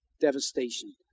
devastation